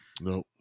no